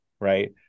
Right